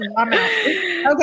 Okay